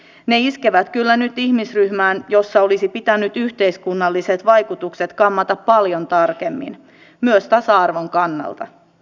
ne iskevät kyllä nyt ihmisryhmään jossa olisi pitänyt yhteiskunnalliset vaikutukset kammata paljon tarkemmin myös tasa arvon kannalta